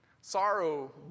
Sorrow